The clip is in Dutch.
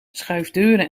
schuifdeuren